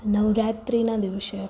નવરાત્રીના દિવસે